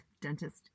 dentist